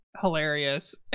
hilarious